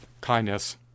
kindness